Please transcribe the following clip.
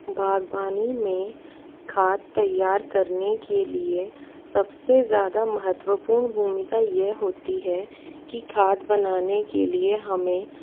बागवानी में खाद तैयार करने के लिए सबसे ज़्यादा महत्वपूर्ण भूमिका यह होती है कि खाद बनाने के लिए हमें